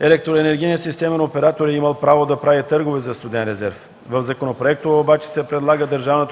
електроенергийният системен оператор е имал право да прави търгове за студен резерв. В законопроекта обаче се предлага, ДКЕВР